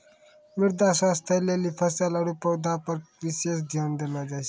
मृदा स्वास्थ्य लेली फसल आरु पौधा पर विशेष ध्यान देलो जाय छै